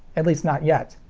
at least not yet.